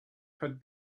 had